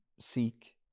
seek